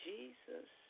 Jesus